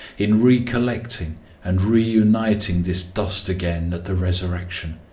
in re-collecting and re-uniting this dust again at the resurrection.